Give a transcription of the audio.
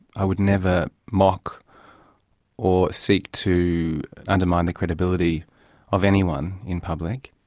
i would never mock or seek to undermine the credibility of anyone in public.